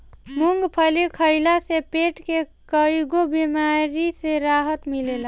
मूंगफली खइला से पेट के कईगो बेमारी से राहत मिलेला